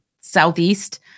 southeast